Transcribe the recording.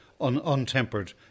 untempered